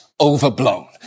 overblown